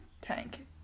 tank